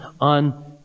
on